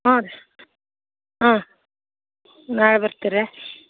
ಹಾಂ ರೀ ಹಾಂ ನಾಳೆ ಬರ್ತೀರೆ